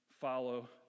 follow